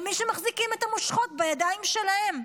על מי שמחזיקים את המושכות בידיים שלהם.